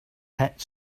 pet